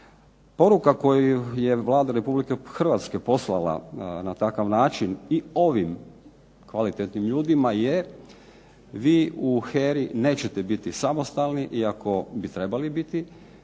Poruka koju je Vlada Republike Hrvatske poslala na takav način i ovim kvalitetnim ljudima je vi u HERA-i nećete biti samostalni iako bi trebali biti